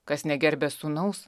kas negerbia sūnaus